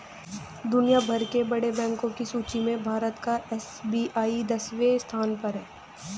दुनिया भर के बड़े बैंको की सूची में भारत का एस.बी.आई दसवें स्थान पर है